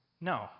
No